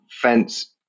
fence